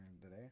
today